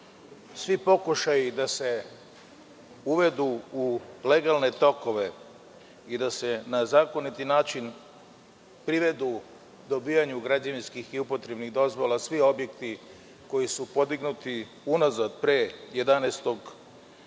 svi pokušaji da se uvedu u legalne tokove i da se na zakonit način privedu dobijanju građevinskih i upotrebnih dozvola svi objekti koji su podignuti, pre 11.